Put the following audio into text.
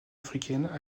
africaines